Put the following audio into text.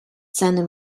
ceny